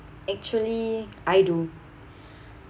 actually I do